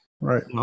Right